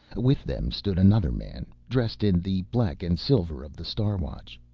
with them stood another man dressed in the black-and-silver of the star watch.